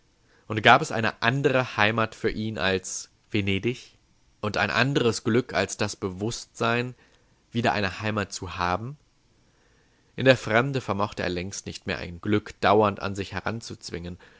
und gab es eine andere heimat für ihn als venedig und ein anderes glück als das bewußtsein wieder eine heimat zu haben in der fremde vermochte er längst nicht mehr ein glück dauernd an sich heranzuzwingen